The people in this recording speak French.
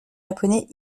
japonais